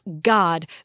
God